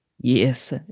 Yes